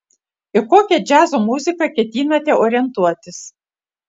į kokią džiazo muziką ketinate orientuotis